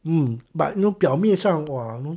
um but no 表面上 !wah! you know